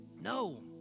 No